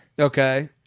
Okay